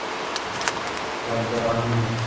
कनक राह्नी असें